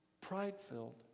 pride-filled